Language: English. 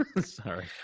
Sorry